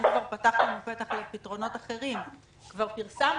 אם כבר פתחת לנו פתח לפתרונות אחרים: כבר פרסמתם,